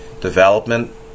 development